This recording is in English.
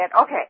okay